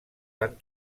van